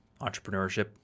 entrepreneurship